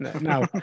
Now